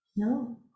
No